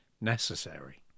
necessary